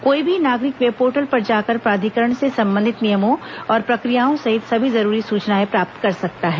कोई भी नागरिक वेबपोर्टल पर जाकर प्राधिकरण से संबंधित नियमों और प्रक्रियाओं सहित सभी जरूरी सूचनाएं प्राप्त कर सकता है